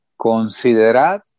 considerad